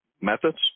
methods